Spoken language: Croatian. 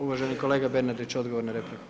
Uvaženi kolega Bernardić, odgovor na repliku.